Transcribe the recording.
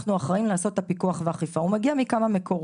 עושים בדיקות רנדומליות שבהן אנחנו מתקשרים